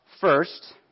first